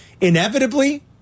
Inevitably